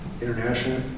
international